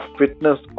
fitness